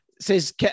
Says